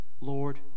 Lord